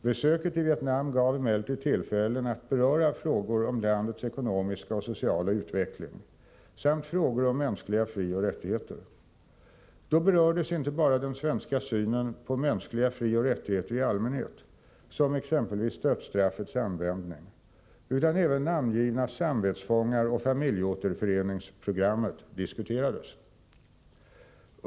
Besöket i Vietnam gav emellertid tillfällen att beröra frågor om landets ekonomiska och sociala utveckling samt frågor om mänskliga frioch rättigheter. Då berördes inte bara den svenska synen på mänskliga frioch rättigheter i allmänhet, exempelvis dödsstraffets användning, utan även namngivna samvetsfångar och familjeåterföreningsprogrammet diskuterades.